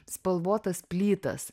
spalvotas plytas